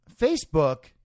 Facebook